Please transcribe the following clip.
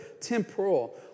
temporal